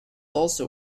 also